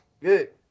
Good